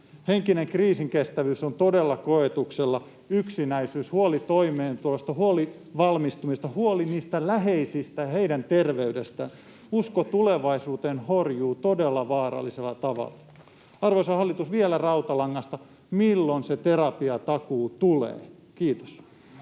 Henkinen kriisinkestävyys on todella koetuksella. Yksinäisyys, huoli toimeentulosta, huoli valmistumisesta, huoli niistä läheisistä ja heidän terveydestään, usko tulevaisuuteen horjuu todella vaarallisella tavalla. Arvoisa hallitus, vielä rautalangasta: milloin se terapiatakuu tulee? — Kiitos.